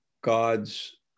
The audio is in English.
God's